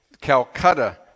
Calcutta